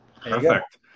Perfect